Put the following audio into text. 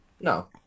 No